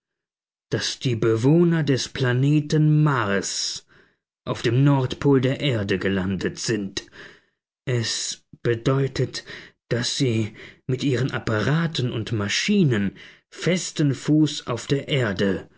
daß die bewohner des planeten mars auf dem nordpol der erde gelandet sind es bedeutet daß sie mit ihren apparaten und maschinen festen fuß auf der erde